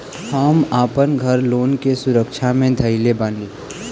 हम आपन घर लोन के सुरक्षा मे धईले बाटी